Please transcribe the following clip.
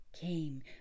came